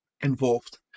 involved